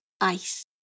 ice